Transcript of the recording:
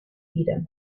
wieder